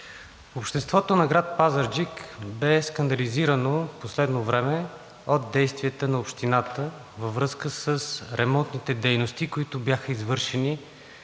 Обществото на град Пазарджик е скандализирано в последно време от действията на Общината във връзка с ремонтните дейности, които бяха извършени